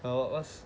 err what's